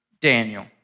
Daniel